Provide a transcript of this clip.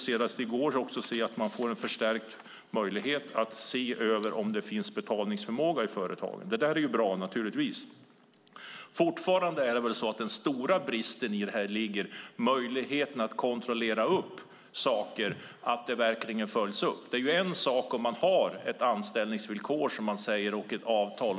Senast i går fick jag veta att man får en förstärkt möjlighet att se om det finns betalningsförmåga i företag. Det är naturligtvis bra. Fortfarande ligger den stora bristen i möjligheten att kontrollera saker och om de verkligen följs upp. Det är en sak om man har ett anställningsvillkor och ett avtal.